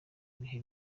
bihe